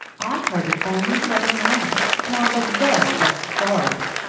i heard it only the other morning, and on the very best authority.